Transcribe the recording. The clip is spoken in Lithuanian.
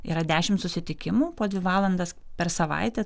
yra dešimt susitikimų po dvi valandas per savaitę